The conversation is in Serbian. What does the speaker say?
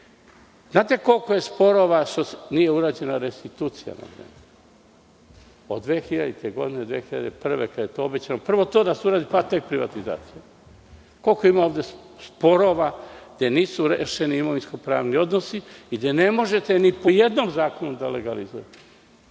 Znate li koliko je sporova jer nije urađena restitucija na vreme, od 2000. i 2001. godine, kada je to obećano? Prvo to da se uradi, pa tek privatizacija. Koliko ima ovde sporova gde nisu rešeni imovinsko-pravni odnosi i gde ne možete ni po jednom zakonu da legalizujete?